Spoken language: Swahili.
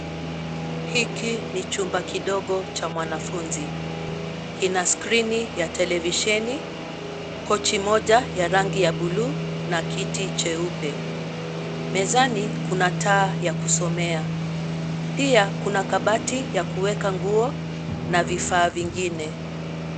Hiki ni chumba kidogo cha mwanafunzi. Kina skrini ya televisheni, koti moja ya rangi ya buluu na kiti cheupe. Mezani kuna taa ya kusomea. Pia kuna kabati ya kuweka nguo na vifaa vingine.